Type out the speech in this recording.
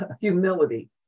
humility